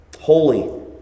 holy